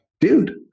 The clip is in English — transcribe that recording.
dude